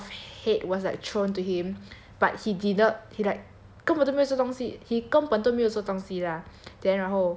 like a lot of hate was like thrown to him but he did~ he like 根本都没有这种东西 he 根本都没有做东西 lah